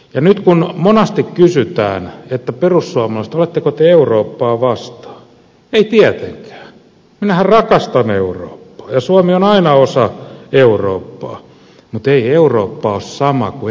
ja nyt kun monasti kysytään että perussuomalaiset oletteko te eurooppaa vastaan niin vastaan että ei tietenkään minähän rakastan eurooppaa ja suomi on aina osa eurooppaa mutta ei eurooppa ole sama kuin euroopan unioni